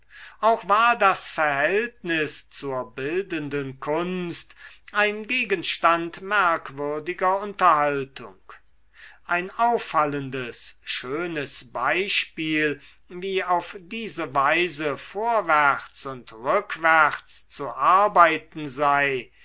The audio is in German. auch war das verhältnis zur bildenden kunst ein gegenstand merkwürdiger unterhaltung ein auffallendes schönes beispiel wie auf diese weise vorwärts und rückwärts zu arbeiten sei